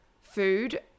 food